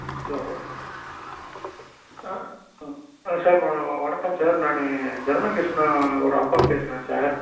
hello ஆ sir வணக்கம் sir நான் தருணகிருஷ்ணாவோடய அப்பா பேசுகிறேன் சார்